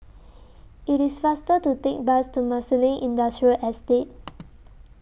IT IS faster to Take Bus to Marsiling Industrial Estate